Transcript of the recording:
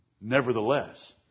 Nevertheless